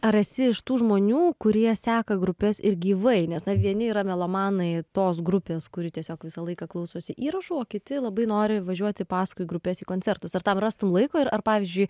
ar esi iš tų žmonių kurie seka grupes ir gyvai nes na vieni yra melomanai tos grupės kuri tiesiog visą laiką klausosi įrašų o kiti labai nori važiuoti paskui grupes į koncertus ar tam rastum laiko ir ar pavyzdžiui